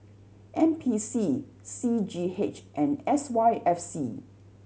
N P C C G H and S Y F C